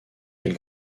quel